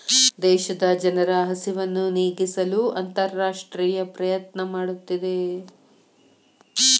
ದೇಶದ ಜನರ ಹಸಿವನ್ನು ನೇಗಿಸಲು ಅಂತರರಾಷ್ಟ್ರೇಯ ಪ್ರಯತ್ನ ಮಾಡುತ್ತಿದೆ